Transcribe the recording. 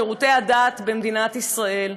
שירותי הדת במדינת ישראל.